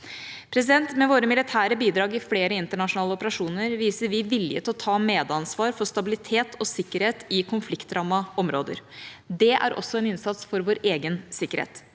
Med våre militære bidrag i flere internasjonale operasjoner viser vi vilje til å ta medansvar for stabilitet og sikkerhet i konfliktrammede områder. Det er også en innsats for vår egen sikkerhet.